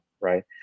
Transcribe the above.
right